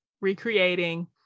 recreating